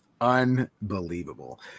unbelievable